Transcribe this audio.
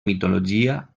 mitologia